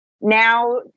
now